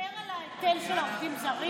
תדבר על ההיטל של העובדים הזרים.